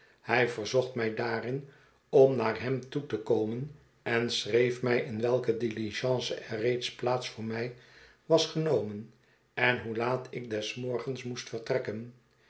hij verzocht mij daarin om naar hem toe te komen en schreef mij in welke diligence er reeds plaats voor mij was genomen en hoe laat ik des morgens moest vertrekken